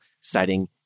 citing